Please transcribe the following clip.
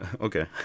Okay